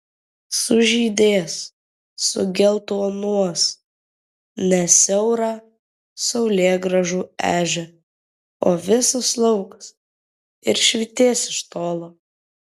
sužydės sugeltonuos ne siaura saulėgrąžų ežia o visas laukas ir švytės iš tolo